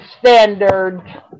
standard